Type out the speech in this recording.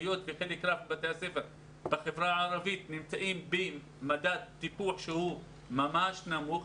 היות ורק חלק מבתי הספר נמצאים במדד טיפוח שהוא ממש נמוך,